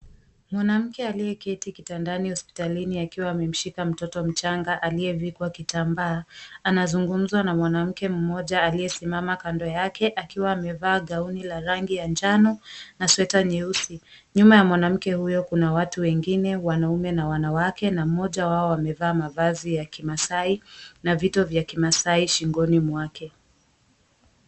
Mwanamke aliyeketi kitandani hospitalini akiwa amemshika mtoto mchanga aliyevikwa kitambaa, anazungumza na mwanamke mmoja aliyesimama kando yake akiwa amevaa gauni la rangi ya njano na sweta nyeusi. Nyuma ya mwanamke huyo kuna watu wengine wanaume na wanawake na mmoja wao amevaa mavazi ya kimaasai na vitu vya kimaasai shingoni mwake.